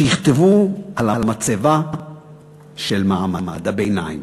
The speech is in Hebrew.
שיכתבו על המצבה של מעמד הביניים?